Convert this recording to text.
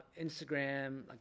Instagram